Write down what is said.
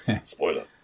Spoiler